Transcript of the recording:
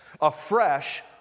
afresh